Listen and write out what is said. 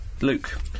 Luke